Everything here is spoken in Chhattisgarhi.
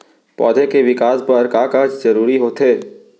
पौधे के विकास बर का का जरूरी होथे?